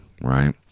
Right